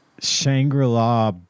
Shangri-La